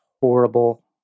horrible